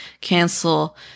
Cancel